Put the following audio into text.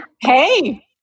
Hey